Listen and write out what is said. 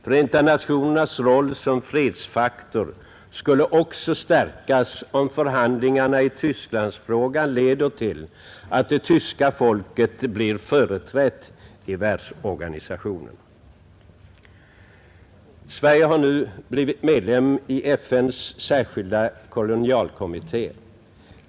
FN:s roll som fredsfaktor skulle också stärkas om förhandlingarna i Tysklandsfrågan leder till att det tyska folket blir företrätt i världsorganisationen. Sverige har nu blivit medlem i FN:s särskilda kolonialkommitté.